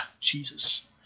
Jesus